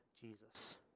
Jesus